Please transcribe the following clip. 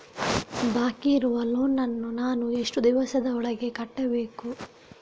ಬಾಕಿ ಇರುವ ಲೋನ್ ನನ್ನ ನಾನು ಎಷ್ಟು ದಿವಸದ ಒಳಗೆ ಕಟ್ಟಬೇಕು?